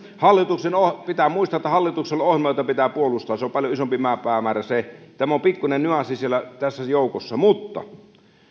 pitää muistaa että hallituksella on ohjelma jota pitää puolustaa se on paljon isompi päämäärä se tämä on pikkuinen nyanssi tässä joukossa mutta